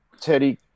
Teddy